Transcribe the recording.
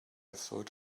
thought